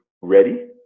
ready